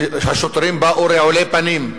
השוטרים באו רעולי-פנים,